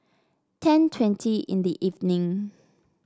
ten twenty in the evening